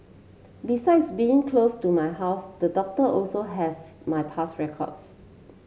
besides being close to my house the doctor also has my past records